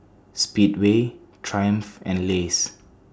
Speedway Triumph and Lays